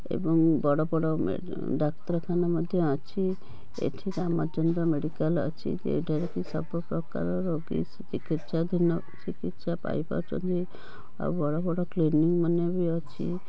ଏବଂ ବଡ଼ ବଡ଼ ଡାକ୍ତରଖାନା ମଧ୍ୟ ଅଛି ଏଠି ରାମଚନ୍ଦ୍ର ମେଡ଼ିକାଲ ଅଛି ଯେଉଁଠାରେ କି ସବୁପ୍ରକାର ରୋଗୀ ଚିକିତ୍ସାଧୀନ ଚିକିତ୍ସା ପାଇପାରୁଛନ୍ତି ଆଉ ବଡ଼ ବଡ଼ କ୍ଲିନିକ ମାନ ବି ଅଛି